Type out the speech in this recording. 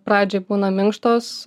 pradžioj būna minkštos